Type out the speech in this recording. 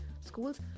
Schools